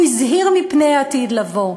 הוא הזהיר מפני העתיד לבוא.